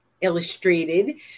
Illustrated